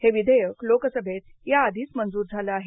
हे विधेयक लोकसभेत या आधीच मंजूर झालं आहे